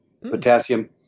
Potassium